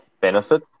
benefit